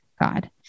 God